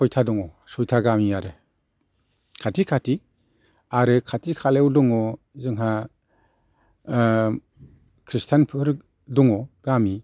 सयथा दङ सयथा गामि आरो खाथि खाथि आरो खाथि खालायाव दङ जोंहा खृष्टानफोर दङ गामि